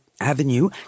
Avenue